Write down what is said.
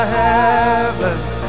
heavens